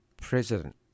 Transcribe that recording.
president